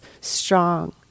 strong